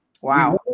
Wow